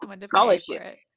scholarship